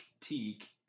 Teak